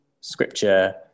scripture